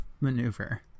maneuver